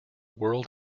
world